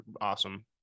awesome